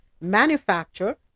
manufacture